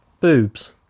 boobs